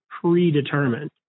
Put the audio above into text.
predetermined